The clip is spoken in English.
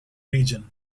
region